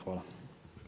Hvala.